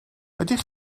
ydych